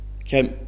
Okay